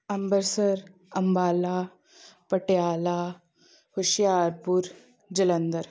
Amritsar Ambala Patiala Hoshiarpur Jalandhar